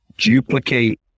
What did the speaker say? Duplicate